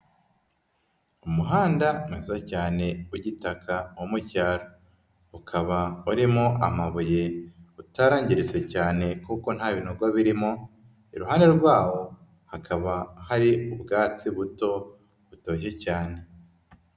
Umuhanda mwiza cyane w'igitaka wo mu cyaro, ukaba urimo amabuye utarangiritse cyane kuko nta binogo birimo, iruhande rwawo hakaba hari ubwatsi buto butoshye cyane.